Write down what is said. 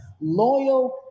Loyal